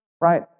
right